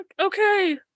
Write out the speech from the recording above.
okay